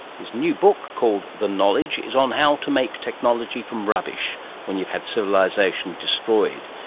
his new book called the knowledge is on how to make technology from rubbish when you've had civilisation destroyed.